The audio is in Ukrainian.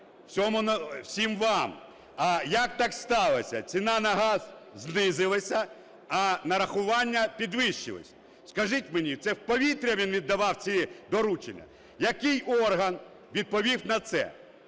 всім вам: а як так сталося, ціна на газ знизилася, а нарахування підвищилися? Скажіть мені, це в повітря він віддавав ці доручення? Який орган відповів на це?